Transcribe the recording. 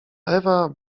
ewa